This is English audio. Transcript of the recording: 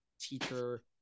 teacher